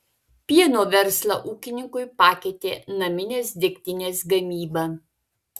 pieno verslą ūkininkui pakeitė naminės degtinės gamyba